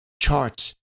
charts